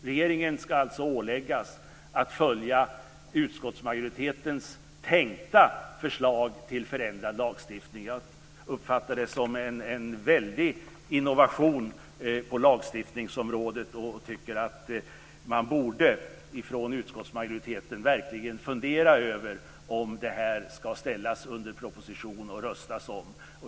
Regeringen ska alltså åläggas att följa utskottsmajoritetens tänkta förslag till förändrad lagstiftning. Jag uppfattar det som en väldig innovation på lagstiftningsområdet och tycker att man borde från utskottsmajoriteten verkligen fundera över om det här ska ställas under proposition och röstas om.